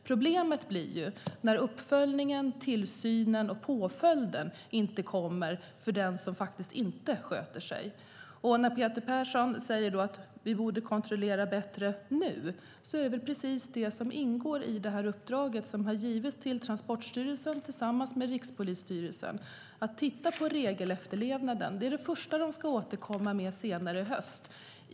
Problemet uppstår när uppföljning, tillsyn och påföljd inte sker när det gäller den som faktiskt inte sköter sig. Peter Persson säger att vi borde kontrollera bättre nu. Men det är precis det som ingår i det uppdrag som har getts till Transportstyrelsen tillsammans med Rikspolisstyrelsen att titta på regelefterlevnaden. Det är det första som man ska återkomma med senare i höst.